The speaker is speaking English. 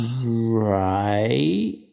Right